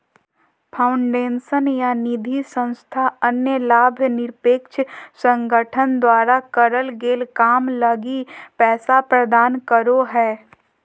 foundation या निधिसंस्था अन्य लाभ निरपेक्ष संगठन द्वारा करल गेल काम लगी पैसा प्रदान करो हय